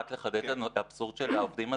רק לחדד לנו את האבסורד של העובדים הזרים.